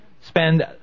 spend